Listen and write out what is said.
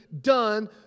done